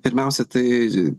pirmiausia tai